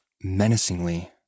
menacingly